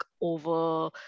over